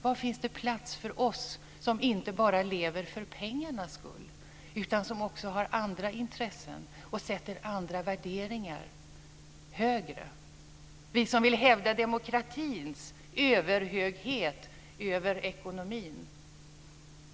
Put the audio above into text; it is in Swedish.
Var finns det plats för oss som inte bara lever för pengarnas skull utan som också har andra intressen och sätter andra värderingar högre, vi som vill hävda demokratins överhöghet över ekonomin?